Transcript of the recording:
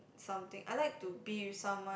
something I like to be with someone